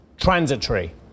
Transitory